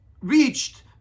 reached